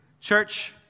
church